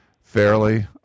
fairly